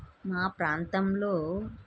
మా ప్రాంతంలో